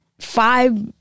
five